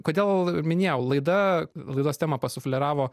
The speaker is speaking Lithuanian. kodėl minėjau laida laidos temą pasufleravo